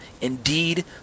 Indeed